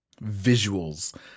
visuals